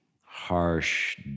harsh